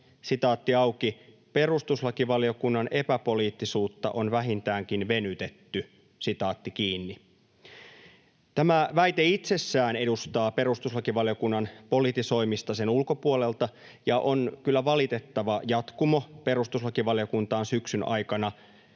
aikana ”perustuslakivaliokunnan epäpoliittisuutta on vähintäänkin venytetty”. Tämä väite itsessään edustaa perustuslakivaliokunnan politisoimista sen ulkopuolelta ja on kyllä valitettava jatkumo perustuslakivaliokuntaan syksyn aikana